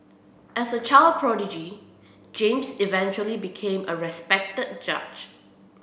as a child prodigy James eventually became a respected judge